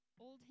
old